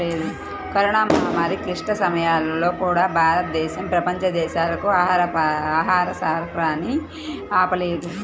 corona మహమ్మారి క్లిష్ట సమయాల్లో కూడా, భారతదేశం ప్రపంచ దేశాలకు ఆహార సరఫరాని ఆపలేదు